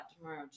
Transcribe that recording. tomorrow